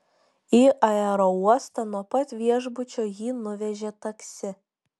į aerouostą nuo pat viešbučio jį nuvežė taksi